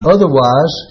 Otherwise